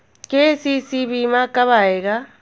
KCC बीमा कब आएगा?